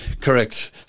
correct